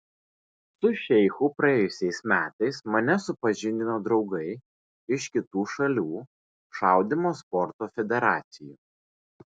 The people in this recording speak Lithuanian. su šeichu praėjusiais metais mane supažindino draugai iš kitų šalių šaudymo sporto federacijų